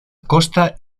costa